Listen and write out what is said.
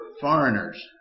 foreigners